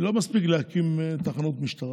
לא מספיק להקים תחנות משטרה,